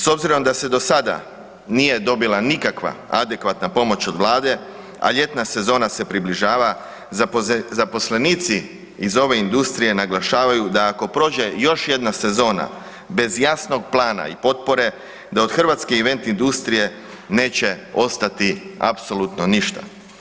S obzirom da se do sada nije dobila nikakva adekvatna pomoć od Vlade, a ljetna sezona se približava zaposlenici iz ove industrije naglašavaju da ako prođe još jedna sezona bez jasnog plana i potpore da od hrvatske event industrije neće ostati apsolutno ništa.